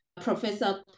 Professor